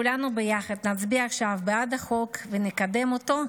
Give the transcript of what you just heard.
כולנו ביחד, נצביע עכשיו בעד החוק ונקדם אותו,